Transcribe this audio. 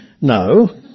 No